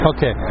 Okay